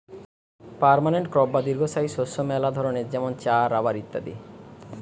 permanent crop বা দীর্ঘস্থায়ী শস্য মেলা ধরণের যেমন চা, রাবার ইত্যাদি